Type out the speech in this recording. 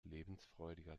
lebensfreudiger